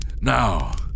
Now